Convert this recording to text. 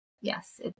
yes